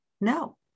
no